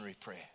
prayer